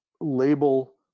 label